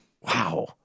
Wow